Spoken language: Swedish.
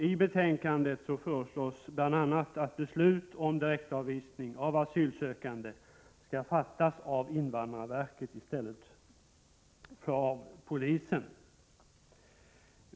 I betänkandet föreslås bl.a. att beslut om direktavvisning av asylsökande skall fattas av invandrarverket i stället för av polisen.